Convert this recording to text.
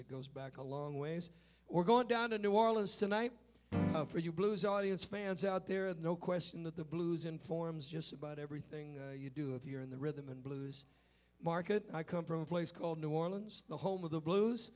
it goes back a long ways we're going down to new orleans tonight for you blues audience fans out there and no question that the blues informs just about everything you do if you're in the rhythm and blues market i come from a place called new orleans the home of the blues